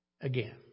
again